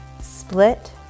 split